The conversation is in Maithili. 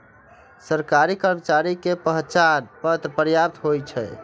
सरकारी कर्मचारी के पहचान पत्र पर्याप्त होइ छै